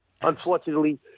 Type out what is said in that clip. unfortunately